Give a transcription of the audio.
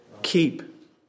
Keep